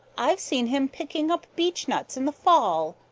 i've seen him picking up beechnuts in the fall.